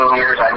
years